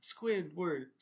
Squidward